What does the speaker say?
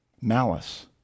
Malice